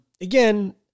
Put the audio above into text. Again